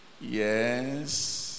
yes